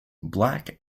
black